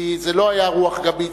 כי זו לא היתה רוח גבית,